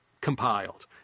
compiled